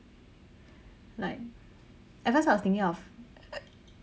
like at first I was thinking of